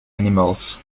animals